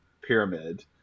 pyramid